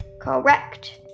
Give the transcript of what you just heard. Correct